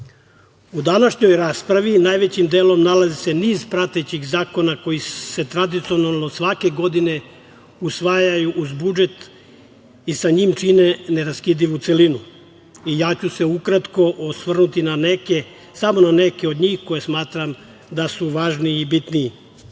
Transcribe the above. današnjoj raspravi najvećim delom nalazi se niz pratećih zakona koji se tradicionalno svake godine usvajaju uz budžet i sa njim čine neraskidivu celinu i ja ću se ukratko osvrnuti na neke, samo na neke od njih, koje smatram da su važniji i bitniji. Tu